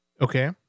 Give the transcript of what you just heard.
Okay